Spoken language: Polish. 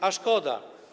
A szkoda.